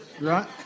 Right